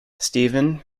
stephen